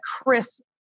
chris